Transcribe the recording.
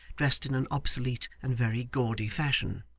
dressed in an obsolete and very gaudy fashion.